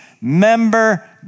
member